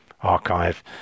archive